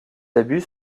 abus